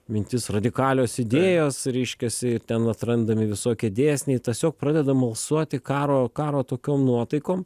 mintis radikalios idėjos reiškiasi ten atrandami visokie dėsniai tiesiog pradeda mosuoti karo karo tokiom nuotaikom